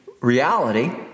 reality